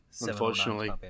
unfortunately